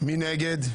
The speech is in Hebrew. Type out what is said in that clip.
מי נגד?